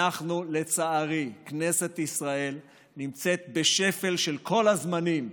לצערי כנסת ישראל נמצאת בשפל של כל הזמנים,